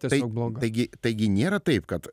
tai taigi taigi nėra taip kad